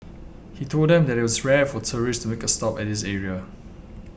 he told them that it was rare for tourists to make a stop at this area